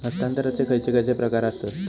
हस्तांतराचे खयचे खयचे प्रकार आसत?